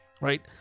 right